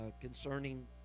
concerning